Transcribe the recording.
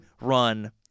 run